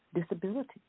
disability